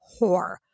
whore